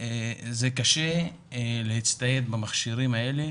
זה קשה להצטייד במכשירים האלה